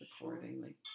accordingly